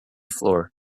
floor